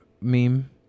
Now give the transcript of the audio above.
meme